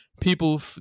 people